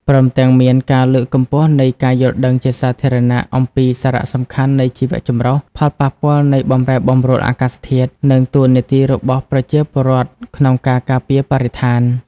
ព្រមទាំងមានការលើកកម្ពស់នៃការយល់ដឹងជាសាធារណៈអំពីសារៈសំខាន់នៃជីវចម្រុះ ផលប៉ះពាល់នៃបម្រែបម្រួលអាកាសធាតុ និងតួនាទីរបស់ប្រជាពលរដ្ឋក្នុងការការពារបរិស្ថាន។